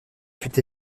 fut